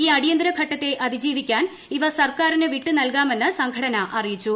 ഈ അടിയന്തിര ഘട്ടത്തെ അതിജീവിക്കാൻ ഇവ സർക്കാരിന് വിട്ട് നൽകാമെന്ന് സംഘടന അറിയിച്ചു